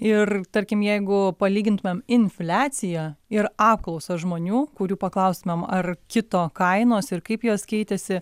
ir tarkim jeigu palygintumėm infliaciją ir apklausas žmonių kurių paklaustumėm ar kito kainos ir kaip jos keitėsi